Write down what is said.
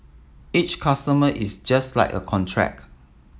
each customer is just like a contract